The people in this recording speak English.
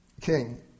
king